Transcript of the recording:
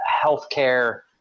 healthcare